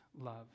love